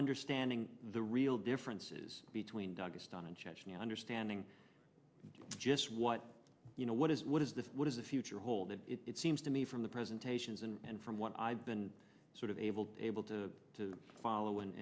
understanding the real differences between doug just on a chechen understanding just what you know what is what is the what is the future hold and it seems to me from the presentations and from what i've been sort of able to able to to follow and